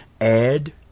Add